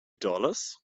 dollars